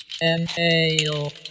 Inhale